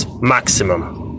maximum